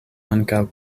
ankaŭ